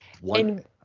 One